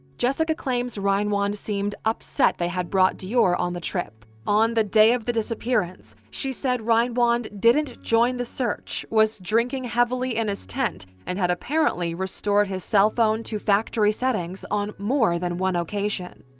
jessica claims reinwand seemed upset they had brought deorr on the trip. on the day of the disappearance, she said reinwand didn't join in the search, was drinking heavily in his tent, and had apparently restored his cell phone to factory settings on more than one occasion.